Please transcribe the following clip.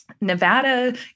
Nevada